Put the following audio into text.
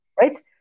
right